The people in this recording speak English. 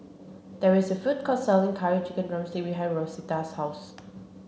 there is a food court selling curry chicken drumstick behind Rosita's house